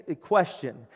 question